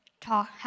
talk